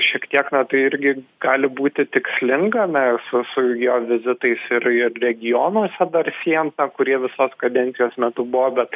šiek tiek na tai irgi gali būti tikslinga nes su jo vizitais ir ir regionuose dar siejant na kurie visos kadencijos metu buvo bet